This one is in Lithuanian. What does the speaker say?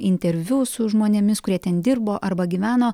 interviu su žmonėmis kurie ten dirbo arba gyveno